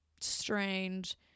strange